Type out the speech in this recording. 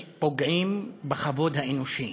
פוגעים בכבוד האנושי.